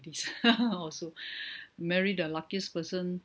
ladies also marry the luckiest person